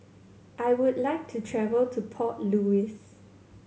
I would like to travel to Port Louis